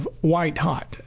white-hot